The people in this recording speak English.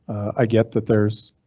i get that there's.